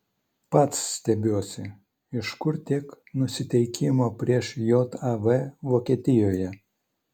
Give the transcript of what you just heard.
pats stebiuosi iš kur tiek nusiteikimo prieš jav vokietijoje